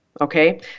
Okay